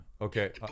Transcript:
okay